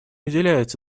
уделяется